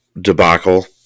debacle